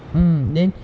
mm then